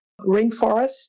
rainforest